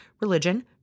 religion